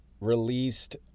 released